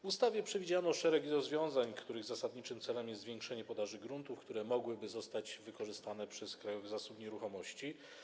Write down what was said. W ustawie przewidziano szereg rozwiązań, których zasadniczym celem jest zwiększenie podaży gruntów, które mogłyby zostać wykorzystane przez Krajowy Zasób Nieruchomości.